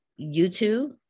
YouTube